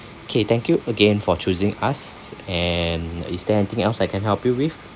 K thank you again for choosing us and uh is there anything else I can help you with